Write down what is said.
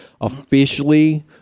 officially